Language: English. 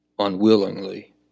unwillingly